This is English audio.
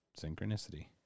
Synchronicity